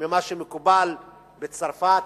ממה שמקובל בצרפת,